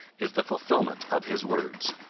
is the fulfilment of his words.